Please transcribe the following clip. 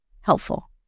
helpful